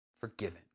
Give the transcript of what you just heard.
forgiven